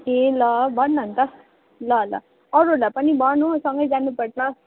ए ल भन् न अन्त ल ल अरूहरूलाई पनि भन् हो सँगै जानुपर्छ